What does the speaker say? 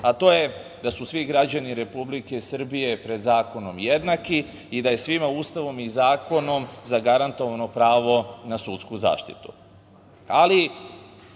a to je da su svi građani Republike Srbije pred zakonom jednaki i da je svima Ustavom i zakonom zagarantovano pravo na sudsku zaštitu. Da,